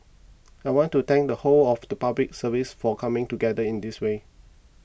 I want to thank the whole of the Public Service for coming together in this way